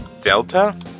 delta